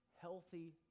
healthy